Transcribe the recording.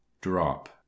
Drop